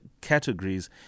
categories